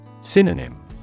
Synonym